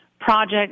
project